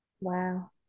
wow